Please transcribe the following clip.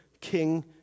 king